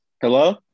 Hello